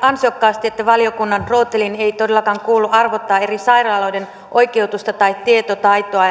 ansiokkaasti että valiokunnan rooteliin ei todellakaan kuulu arvottaa eri sairaaloiden oikeutusta tai tietotaitoa